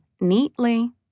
neatly